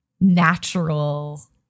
natural